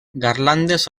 garlandes